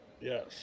Yes